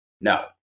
No